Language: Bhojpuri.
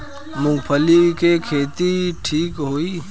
मूँगफली के खेती ठीक होखे?